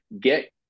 Get